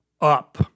up